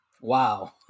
Wow